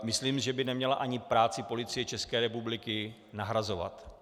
Myslím, že by neměla ani práci Policie České republiky nahrazovat.